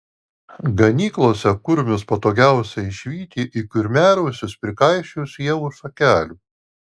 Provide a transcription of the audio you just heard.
ganyklose kurmius patogiausia išvyti į kurmiarausius prikaišiojus ievų šakelių